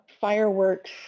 fireworks